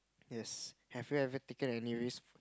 yes have you ever taken any risk